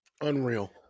Unreal